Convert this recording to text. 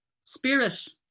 spirit